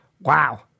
Wow